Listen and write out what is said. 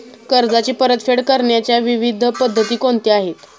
कर्जाची परतफेड करण्याच्या विविध पद्धती कोणत्या आहेत?